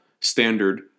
standard